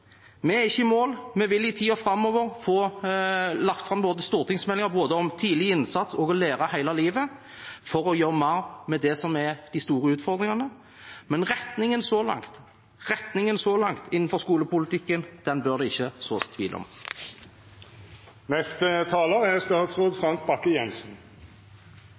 Vi er ikke i mål. Vi vil i tiden framover få lagt fram stortingsmeldinger både om tidlig innsats og om å lære hele livet for å gjøre mer med det som er de store utfordringene. Men retningen så langt – retningen så langt – innenfor skolepolitikken bør det ikke sås tvil om. Vi står i en ny og mer krevende sikkerhetspolitisk situasjon om dagen. Utfordringsbildet er